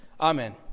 Amen